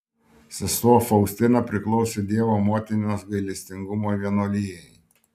sesuo faustina priklausė dievo motinos gailestingumo vienuolijai